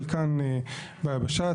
חלקן ביבשה,